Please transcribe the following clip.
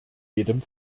jedem